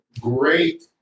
great